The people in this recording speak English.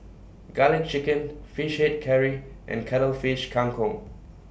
Garlic Chicken Fish Head Curry and Cuttlefish Kang Kong